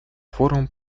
форум